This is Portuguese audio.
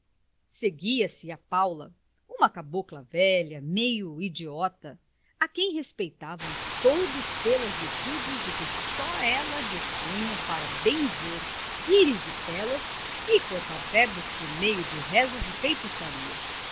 seguia-se a paula uma cabocla velha meio idiota a quem respeitavam todos pelas virtudes de que só ela dispunha para benzer erisipelas e cortar febres por meio de rezas e feitiçarias